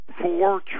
four